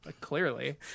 Clearly